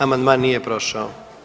Amandman nije prošao.